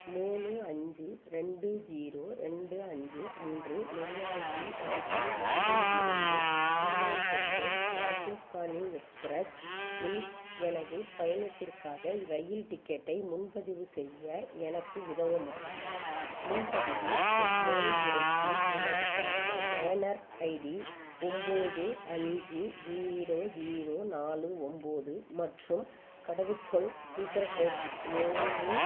மூணு அஞ்சு ரெண்டு ஜீரோ ரெண்டு அஞ்சு அன்று நிர்வாகி வகுப்பில் மும்பையிலிருந்து பூனே செல்லும் ராஜஸ்தானி எக்ஸ்ப்ரஸ் இல் எனது பயணத்திற்கான இரயில் டிக்கெட்டை முன்பதிவு செய்ய எனக்கு உதவ முடியுமா முன்பதிவு செயல்முறைக்கு எனது ப பயனர் ஐடி ஒன்போது அஞ்சு ஜீரோ ஜீரோ நாலு ஒன்போது மற்றும் கடவுச்சொல் சீக்ரெட் வேர்ட் ஏழு